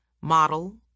model